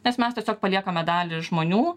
nes mes tiesiog paliekame dalį žmonių